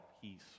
peace